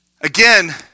again